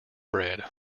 bread